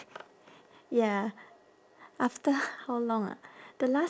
ya after how long ah the last